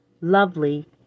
lovely